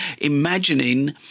Imagining